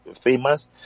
famous